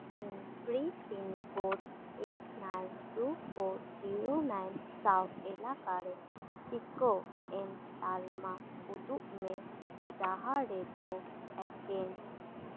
ᱤᱧ ᱯᱷᱨᱤ pin code eight nine two four zero nine ᱥᱟᱶ ᱮᱞᱟᱠᱟ ᱨᱮ ᱴᱤᱠᱳ ᱮᱢ ᱛᱟᱞᱢᱟ ᱩᱫᱩᱜ ᱢᱮ ᱡᱟᱦᱟᱸ ᱨᱮᱫᱚ ᱮᱠᱮᱱ